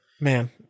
man